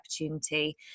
opportunity